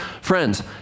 Friends